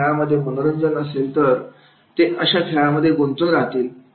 जर खेळामध्ये मनोरंजन असेल तर ते अशा खेळामध्ये गुंतून राहतील